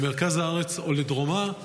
למרכז הארץ או לדרומה,